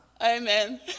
Amen